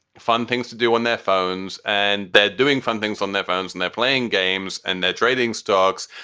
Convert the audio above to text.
fun things to do on their phones. and they're doing fun things on their phones and they're playing games and they're trading stocks.